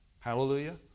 Hallelujah